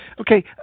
Okay